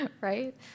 right